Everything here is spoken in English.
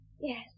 Yes